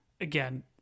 Again